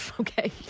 Okay